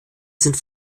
sind